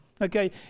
okay